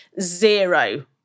zero